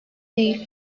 değil